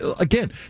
Again